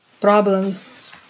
problems